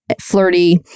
flirty